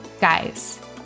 Guys